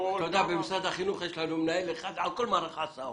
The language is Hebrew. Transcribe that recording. במשרד החינוך יש לנו מנהל אחד על כל מערך ההסעות.